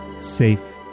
safe